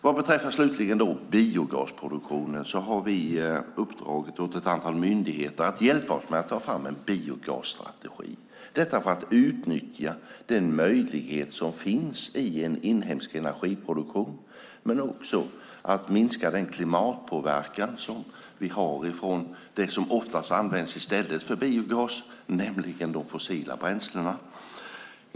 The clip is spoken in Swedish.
Vad slutligen beträffar biogasproduktionen har vi uppdragit åt ett antal myndigheter att hjälpa oss med att ta fram en biogasstrategi, detta för att utnyttja den möjlighet som finns i en inhemsk energiproduktion men också för att minska den klimatpåverkan som vi har från det som oftast används i stället för biogas, nämligen de fossila bränslena.